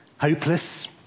hopeless